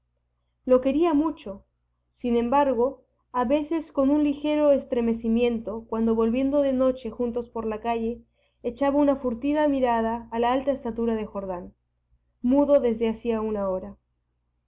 lo quería mucho sin embargo a veces con un ligero estremecimiento cuando volviendo de noche juntos por la calle echaba una furtiva mirada a la alta estatura de jordán mudo desde hacía una hora